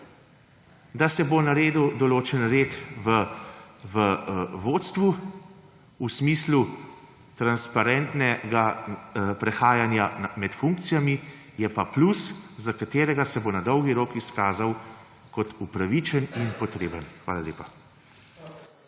da se bo naredil določen red v vodstvu, v smislu transparentnega prehajanja med funkcijami, je pa plus, ki se bo na dolgi rok izkazal kot upravičen in potreben. Hvala lepa.